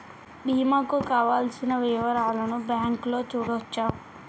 బీమా కు కావలసిన వివరాలను బ్యాంకులో చూడొచ్చా?